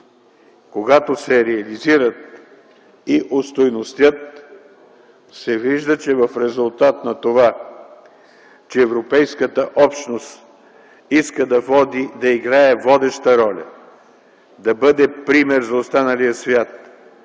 когато се реализират и остойностят, се вижда, че в резултат на това, че Европейската общност иска да води, да играе водеща роля, да бъде пример за останалия свят,